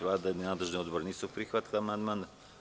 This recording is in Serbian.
Vlada i nadležni odbor nisu prihvatili amandman.